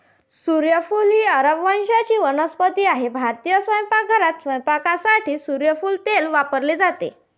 सूर्यफूल ही अरब वंशाची वनस्पती आहे भारतीय स्वयंपाकघरात स्वयंपाकासाठी सूर्यफूल तेल वापरले जाते